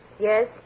Yes